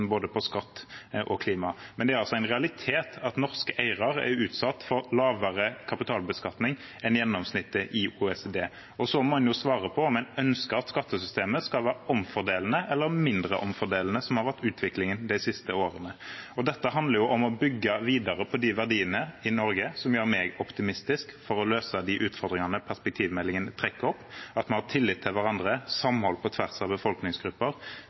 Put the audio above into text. på både skatt og klima ble møtt med argumenter i denne debatten. Men det er en realitet at norske eiere er utsatt for lavere kapitalbeskatning enn gjennomsnittet i OECD. Så må en jo svare på om en ønsker at skattesystemet skal være omfordelende eller mindre omfordelende, som har vært utviklingen de siste årene. Det handler om å bygge videre på de verdiene i Norge som gjør meg optimistisk med tanke på å løse de utfordringene perspektivmeldingen trekker opp, at vi har tillit til hverandre, samhold på tvers av befolkningsgrupper,